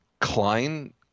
Klein